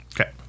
Okay